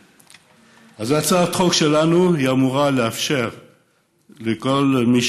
הצעת החוק שלנו אמורה לאפשר לכל מי